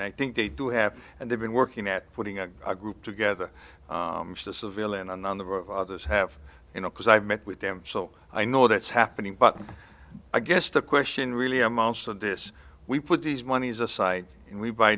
i think they do have and they've been working at putting a group together the civilian on the others have you know because i've met with them so i know that's happening but i guess the question really amounts of this we put these monies aside and we buy